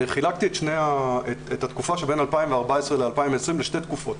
חילקתי את התקופה שבין 2014 ל-2020 לשתי תקופות.